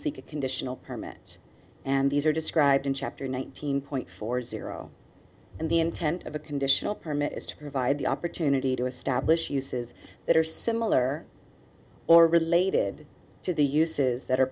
seek a conditional permit and these are described in chapter nineteen point four zero and the intent of a conditional permit is to provide the opportunity to establish uses that are similar or related to the uses that are